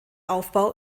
aufbau